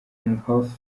inhofe